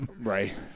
Right